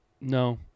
no